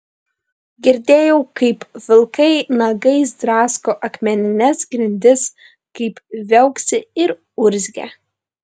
girdėjau kaip vilkai nagais drasko akmenines grindis kaip viauksi ir urzgia